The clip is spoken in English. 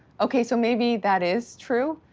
okay so maybe that is true.